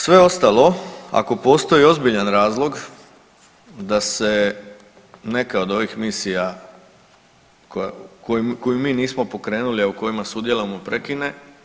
Sve ostalo ako postoji ozbiljan razlog da se neka od ovih misija koju mi nismo pokrenuli, a u kojima sudjelujemo, prekine.